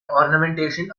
ornamentation